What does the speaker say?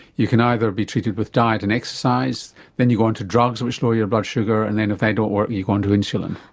you can either be treated with diet and exercise then you go onto drugs which lower your blood sugar and then if they don't work you go onto insulin.